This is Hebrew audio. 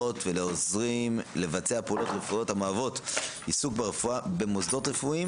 ולעוזרים לבצע פעולות רפואיות המהוות עיסוק ברפואה במוסדות רפואיים